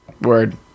Word